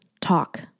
talk